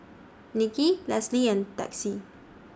Nicki Lisle and Texie